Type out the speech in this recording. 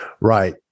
Right